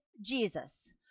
Jesus